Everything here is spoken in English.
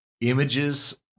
images